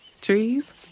Trees